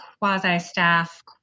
quasi-staff